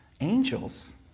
angels